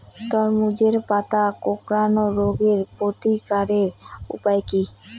তরমুজের পাতা কোঁকড়ানো রোগের প্রতিকারের উপায় কী?